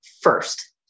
first